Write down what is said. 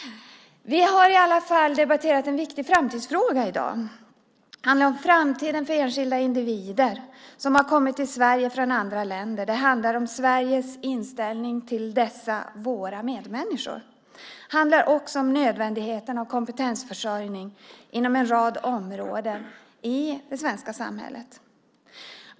Vi har i dag debatterat en viktig framtidsfråga. Det handlar om framtiden för enskilda individer som har kommit till Sverige från andra länder och om Sveriges inställning till dessa våra medmänniskor. Det handlar också om nödvändigheten och kompetensförsörjningen inom en rad områden i det svenska samhället.